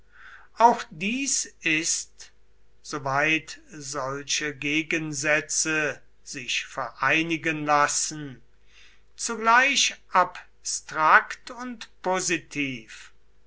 auch dies ist soweit solche gegensätze sich vereinigen lassen zugleich abstrakt und positiv